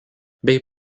bei